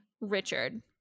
Richard